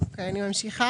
אני ממשיכה.